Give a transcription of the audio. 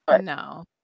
No